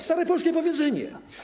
Stare polskie powiedzenie.